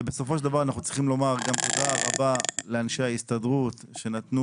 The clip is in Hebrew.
ובסופו של דבר אנחנו צריכים לומר גם תודה רבה לאנשי ההסתדרות שנתנו